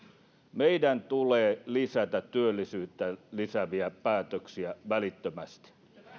meidän tulee lisätä työllisyyttä lisääviä päätöksiä välittömästi